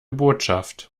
botschaft